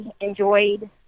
enjoyed